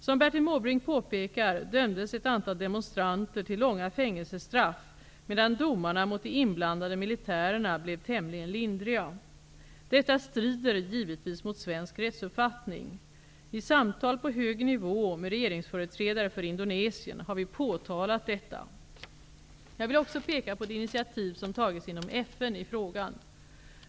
Som Bertil Måbrink påpekar dömdes ett antal demonstranter till långa fängelsestraff medan domarna mot de inblandade militärerna blev tämligen lindriga. Detta strider givetvis mot svensk rättsuppfattning. I samtal på hög nivå med regeringsföreträdare för Indonesien har vi påtalat detta. Jag vill också peka på de initiativ som tagits inom FN i frågan.